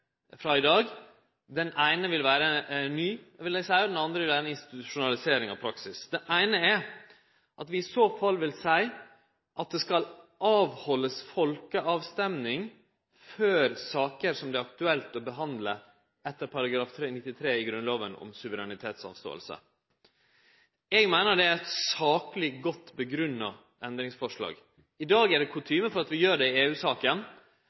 frå i dag. Den eine vil vere ny, vil eg seie, og den andre vil vere ei institusjonalisering av praksis. Det eine er at vi i så fall vil seie at det skal haldast folkeavstemming før saker som det er aktuelt å behandle etter § 93 i Grunnlova, om suverenitetsavståing. Eg meiner det er eit sakleg, godt grunngitt endringsforslag. I dag er kutymen at vi gjer det i